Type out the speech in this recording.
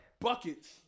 Buckets